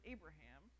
Abraham